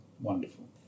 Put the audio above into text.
Wonderful